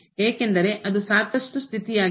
ಏಕೆಂದರೆ ಅದು ಸಾಕಷ್ಟು ಸ್ಥಿತಿಯಾಗಿದೆ